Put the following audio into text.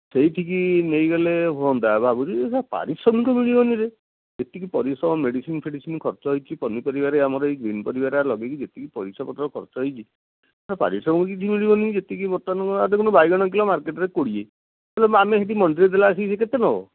ସେଇଠିକି ନେଇଗଲେ ହୁଅନ୍ତା ଭାବୁଛି ଏ ସେ ଶଳା ପାରିଶ୍ରମିକ ମିଳିବନିରେ ଏତିକି ପରିଶ୍ରମ ମେଡ଼ିସିନ୍ ଫେଡ଼ିସିନ୍ ଖର୍ଚ୍ଚ ହୋଇଛି ପନିପରିବାରେ ଆମର ଏ ଗ୍ରୀନ୍ ପରିବା ଗୁଡା ଲଗାଇକି ଯେତିକି ପଇସା ପତ୍ର ଖର୍ଚ୍ଚ ହୋଇଛି ତା'ର ପାରିଶ୍ରମିକ କିଛି ମିଳିବନି ଯେତିକି ବର୍ତ୍ତମାନ ଦେଖୁନୁ ବାଇଗଣ କିଲୋ ମାର୍କେଟ୍ରେ କୋଡ଼ିଏ ହେଲେ ଆମେ ସେଇଠି ମଣ୍ଡିରେ ଦେଲା ଆସିକି ସେ କେତେ ନେବ